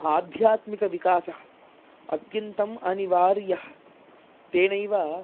आध्यात्मिकविकासः अत्यन्तम् अनिवार्यः तेनैव